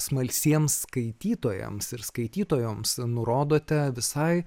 smalsiems skaitytojams ir skaitytojoms nurodote visai